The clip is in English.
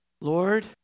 Lord